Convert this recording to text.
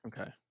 Okay